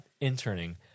interning